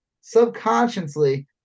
subconsciously